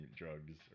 drugs